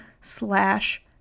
slash